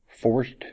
forced